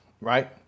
right